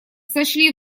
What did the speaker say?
сочли